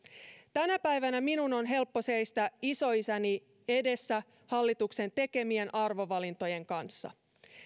tänä päivänä minun on helppo seistä isoisäni edessä hallituksen tekemien arvovalintojen kanssa